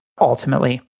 ultimately